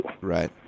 Right